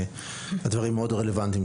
ולכן הדברים מאוד רלוונטיים.